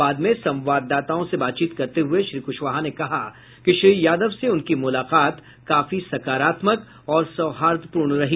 बाद में संवाददाताओं से बातचीत करते हुए श्री कुशवाहा ने कहा कि श्री यादव से उनकी मुलाकात काफी सकारात्मक और सौहार्दपूर्ण रही